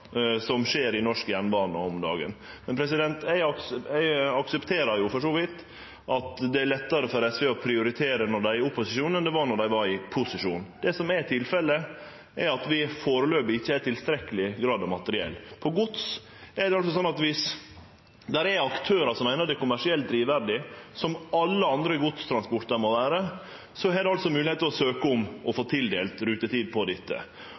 som skjer i norsk jernbane om dagen. Men eg aksepterer for så vidt at det er lettare for SV å prioritere når dei er opposisjon, enn då dei var i posisjon. Det som er tilfellet, er at vi foreløpig ikkje har tilstrekkeleg med materiell. På gods er det sånn at dersom det er aktørar som meiner at det er kommersielt drivverdig – som alle andre godstransportar må vere – har dei moglegheit til å søkje om å få tildelt rutetid på dette.